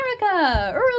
America